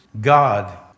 God